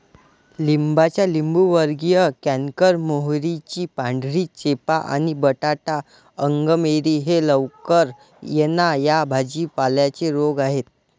लिंबाचा लिंबूवर्गीय कॅन्कर, मोहरीची पांढरी चेपा आणि बटाटा अंगमेरी हे लवकर येणा या भाजी पाल्यांचे रोग आहेत